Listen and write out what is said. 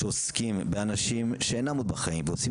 שעוסקים באנשים שאינם עוד בחיים ועושים